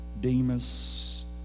Demas